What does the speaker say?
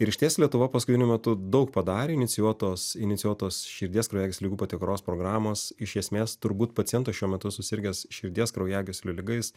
ir išties lietuva paskutiniu metu daug padarė inicijuotos inicijuotos širdies kraujagyslių ligų patikros programos iš esmės turbūt pacientas šiuo metu susirgęs širdies kraujagyslių liga jis